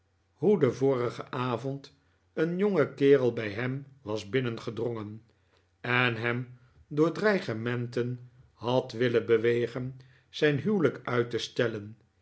den vorigen avond een jonge kerel bij hem was binnen gedrongen en hem door dreigementen had willen bewegen zijn huwelijk uit te stellen